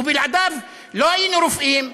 ובלעדיו לא היינו רופאים,